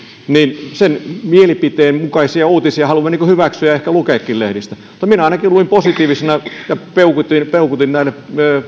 hävinnyt ja sen mielipiteen mukaisia uutisia haluamme hyväksyä ja ehkä lukeakin lehdistä mutta minä ainakin luin tästä positiivisena ja peukutin peukutin näille